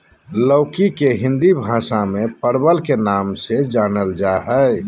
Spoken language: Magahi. लौकी के हिंदी भाषा में परवल के नाम से जानल जाय हइ